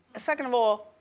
second of all,